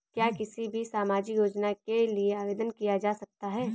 क्या किसी भी सामाजिक योजना के लिए आवेदन किया जा सकता है?